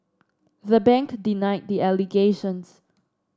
the bank denied the allegations